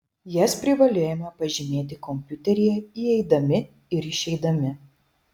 jas privalėjome pažymėti kompiuteryje įeidami ir išeidami